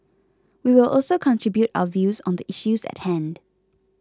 we will also contribute our views on the issues at hand